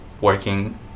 working